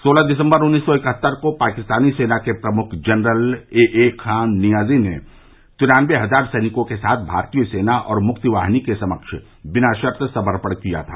सोलह दिसम्बर उन्नीस सौ इकहत्तर को पाकिस्तानी सेना के प्रमुख general A A Khan Niazi ने तिरानबे हजार सैनिकों के साथ भारतीय सेना और मुक्ति वाहिनी के समक्ष दिना शर्त समर्पण किया था